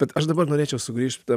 bet aš dabar norėčiau sugrįžti